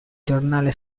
giornale